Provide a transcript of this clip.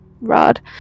rod